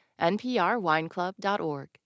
nprwineclub.org